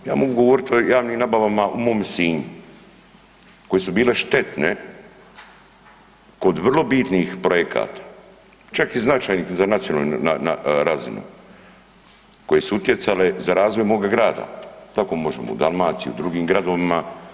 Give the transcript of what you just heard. Ja mogu govorit o javnim nabavama u mom Sinju koje su bile štetne kod vrlo bitnih projekata, čak i značajnih za nacionalnu razinu koje su utjecale za razvoj moga grada, tako možemo o Dalmaciji, o drugim gradovima.